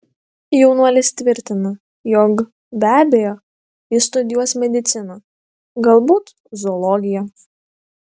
jaunuolis tvirtina jog be abejo jis studijuos mediciną galbūt zoologiją